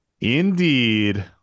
Indeed